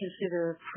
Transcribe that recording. consider